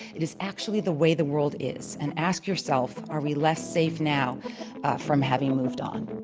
it is actually the way the world is and ask yourself are we less safe now from having moved on?